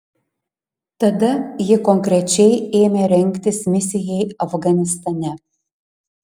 tada ji konkrečiai ėmė rengtis misijai afganistane